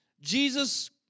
Jesus